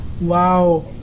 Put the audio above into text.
wow